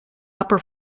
upper